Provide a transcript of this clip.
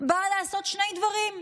באה לעשות שני דברים: